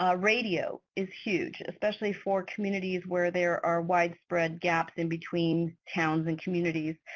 ah radio is huge, especially for communities where there are widespread gaps in-between towns and communities.